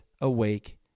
awake